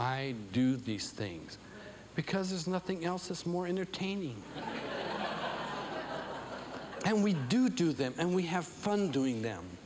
i do these things because there's nothing else it's more entertaining and we do do them and we have fun doing them